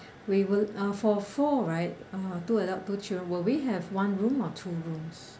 we will uh for four right uh two adult two children will we have one room or two rooms